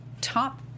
top